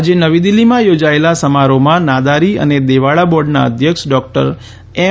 આજે નવી દિલ્હીમાં યોજાયેલા સમારોહમાં નાદારી અને દેવાળા બોર્ડના અધ્યક્ષ ડોક્ટર એમ